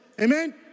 Amen